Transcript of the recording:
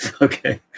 Okay